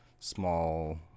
Small